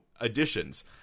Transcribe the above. additions